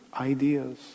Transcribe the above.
ideas